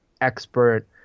expert